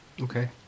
Okay